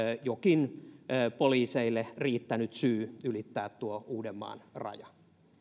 jokin poliiseille riittänyt syy ylittää tuo uudenmaan raja